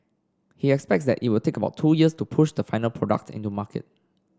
he expects that it will take about two years to push the final product into market